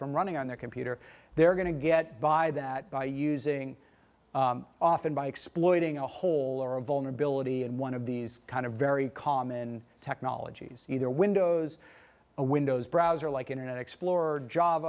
from running on their computer they're going to get by that by using often by exploiting a hole or a vulnerability and one of these kind of very common technologies either windows a windows browser like internet explorer